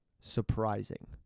surprising